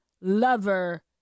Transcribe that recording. lover